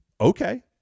okay